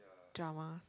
drama